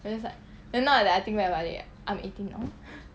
but that's like now I like think about it right I'm eighteen now